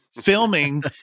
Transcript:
filming